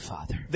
Father